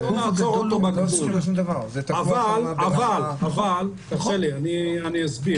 אבל אני אסביר: